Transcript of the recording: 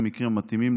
במקרים המתאימים,